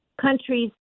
countries